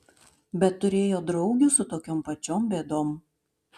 bet turėjo draugių su tokiom pačiom bėdom